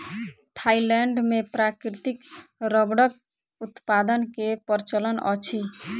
Thailand मे प्राकृतिक रबड़क उत्पादन के प्रचलन अछि